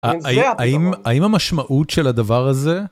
האם המשמעות של הדבר הזה?